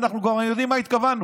ואנחנו גם יודעים למה התכוונו.